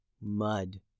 mud